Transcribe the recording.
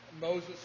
Moses